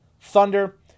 Thunder